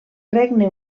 regne